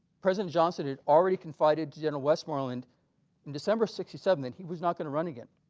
president johnson had already confided to general westmoreland in december sixty seven that he was not going to run again